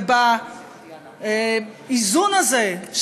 והאיזון הזה,